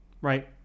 right